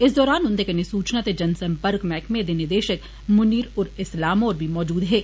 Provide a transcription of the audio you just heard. इस दौरान उन्दे कन्नै सूचना ते जन सम्पर्क मैहकमे दे निदेशक मुनीर उल इस्लाम होर बी मौजूद हे